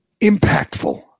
impactful